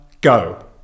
go